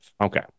Okay